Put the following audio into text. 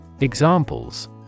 Examples